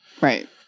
Right